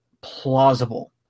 plausible